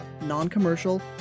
non-commercial